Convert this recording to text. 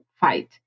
fight